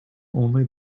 only